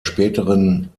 späteren